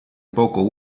poco